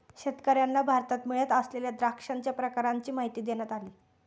शेतकर्यांना भारतात मिळत असलेल्या द्राक्षांच्या प्रकारांची माहिती देण्यात आली